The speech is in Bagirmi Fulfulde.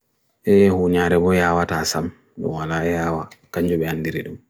Aku waɗi ngam ɗum waaliɗa ɗiɗa’en njari e koɗɗe njamiiɗoɓe.